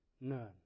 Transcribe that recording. None